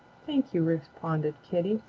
thank you, responded kitty.